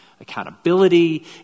Accountability